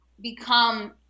become